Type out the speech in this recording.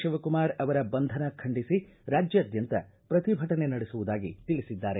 ಶಿವಕುಮಾರ ಅವರ ಬಂಧನ ಖಂಡಿಸಿ ರಾಜ್ಯಾದ್ಯಂತ ಪ್ರತಿಭಟನೆ ನಡೆಸುವುದಾಗಿ ತಿಳಿಸಿದ್ದಾರೆ